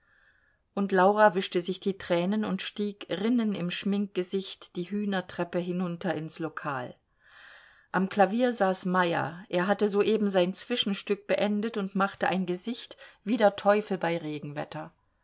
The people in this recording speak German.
und laura wischte sich die tränen und stieg rinnen im schminkgesicht die hühnertreppe hinunter ins lokal am klavier saß meyer er hatte soeben sein zwischenstück beendet und machte ein gesicht wie der teufel bei regenwetter